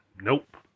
Nope